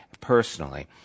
personally